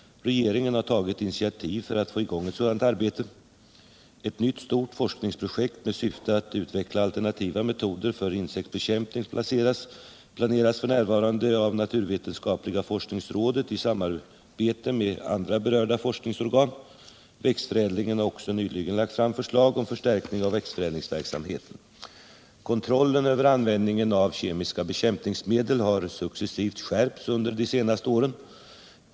Regeringen har tagit initiativ för att få i gång sådant arbete. Ett nytt stort forskningsprojekt med syfte att utveckla alternativa metoder för insektsbekämpning planeras f. n. av naturvetenskapliga forskningsrådet i samarbete med andra berörda forskningsorgan. Växtförädlingen har också nyligen lagt fram förslag om förstärkning av växtförädlingsverksamheten. Kontrollen över användningen av kemiska bekämpningsmedel har successivt skärpts under de senaste åren.